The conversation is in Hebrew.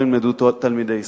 לא ילמדו תלמידי ישראל.